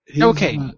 Okay